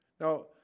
Now